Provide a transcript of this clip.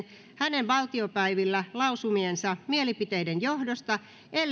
hänen valtiopäivillä lausumiensa mielipiteiden johdosta ellei